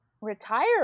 retire